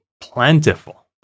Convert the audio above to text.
plentiful